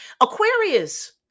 Aquarius